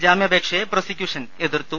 ജാമ്യപേക്ഷയെ prosecution എതിർത്തു